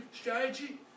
strategy